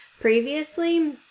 previously